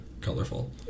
colorful